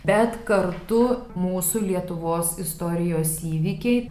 bet kartu mūsų lietuvos istorijos įvykiai